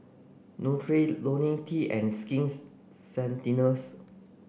Nutren Lonil T and Skins Ceuticals